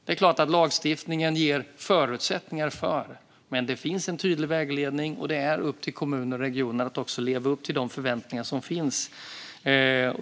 Det är klart att lagstiftningen ger förutsättningar, men det finns en tydlig vägledning, och det är upp till kommuner och regioner att leva upp till de förväntningar som finns.